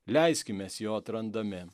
leiskimės jo atrandami